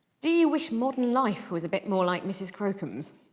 do you wish modern life was a bit more like mrs crocombe's?